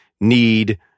need